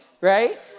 right